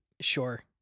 Sure